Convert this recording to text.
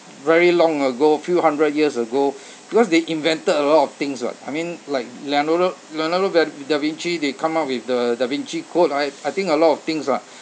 very long ago few hundred years ago because they invented a lot of things [what] I mean like leonardo~ leonardo da da vinci they come up with the da vinci code right I think a lot of things lah